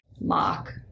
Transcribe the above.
mark